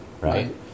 right